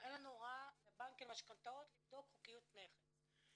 אין לנו הוראה לבנקים למשכנתאות לבדוק חוקיות נכס.